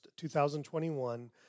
2021